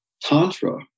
tantra